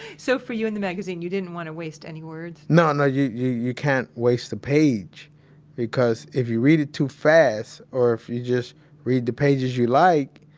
so for you in the magazine, you didn't want to waste any words no, no, you you can't waste the page because if you read it too fast or if you just read the pages you like,